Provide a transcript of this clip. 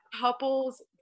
couples